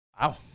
Wow